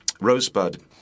Rosebud